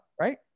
right